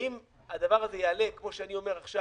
האם הדבר הזה יעלה כמו שאני אומר עכשיו